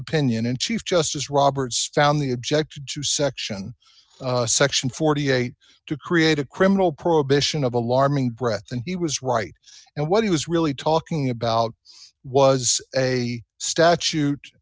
opinion in chief justice roberts found the object to section section forty eight dollars to create a criminal prohibition of alarming breath and he was right and what he was really talking about was a statute